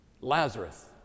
lazarus